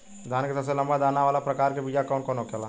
धान के सबसे लंबा दाना वाला प्रकार के बीया कौन होखेला?